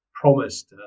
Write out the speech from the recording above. promised